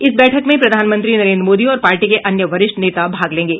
इस बैठक में प्रधानमंत्री नरेन्द्र मोदी और पार्टी के अन्य वरिष्ठ नेता भाग लेंगे